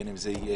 בין אם זה מסגדים.